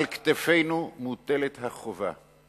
על כתפינו מוטלת החובה,